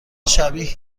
شبیه